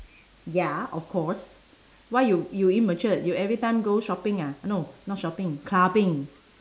ya of course why you you immatured you every time go shopping one ah no not shopping clubbing